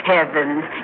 Heavens